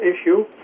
issue